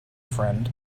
friend